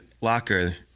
locker